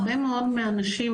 הרבה מאוד מהאנשים,